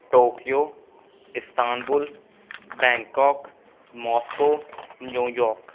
Tokyo Istanbul Bangkok Moscow New York